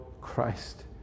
Christ